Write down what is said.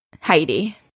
Heidi